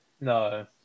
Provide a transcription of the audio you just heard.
No